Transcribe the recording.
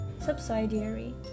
subsidiary